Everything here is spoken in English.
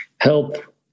help